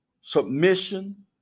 submission